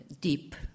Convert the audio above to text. deep